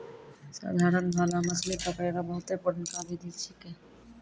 साधारण भाला मछली पकड़ै रो बहुते पुरनका बिधि छिकै